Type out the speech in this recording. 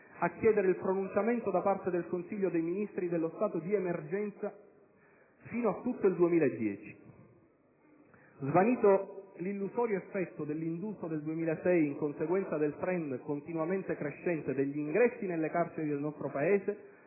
a chiedere la dichiarazione da parte del Consiglio dei Ministri dello stato di emergenza fino a tutto il 2010. Svanito l'illusorio effetto dell'indulto del 2006 in conseguenza del *trend* continuamente crescente degli ingressi nelle carceri del nostro Paese,